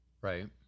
Right